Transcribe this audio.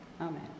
Amen